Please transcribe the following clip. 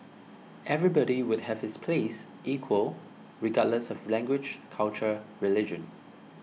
everybody would have his place equal regardless of language culture religion